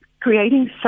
creating